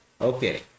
Okay